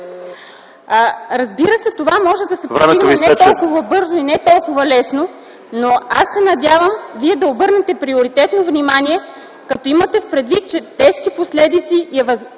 Разбира се, това може да се постигне не толкова бързо и не толкова лесно, но аз се надявам Вие да обърнете приоритетно внимание, като имате предвид, че от това поведение ще